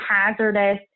hazardous